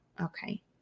Okay